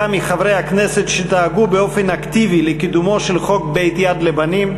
היה מחברי הכנסת שדאגו באופן אקטיבי לקידומו של חוק בתי יד לבנים,